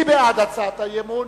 מי בעד הצעת האי-אמון?